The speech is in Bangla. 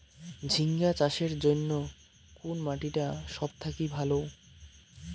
ঝিঙ্গা চাষের জইন্যে কুন মাটি টা সব থাকি ভালো?